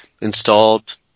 installed